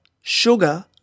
sugar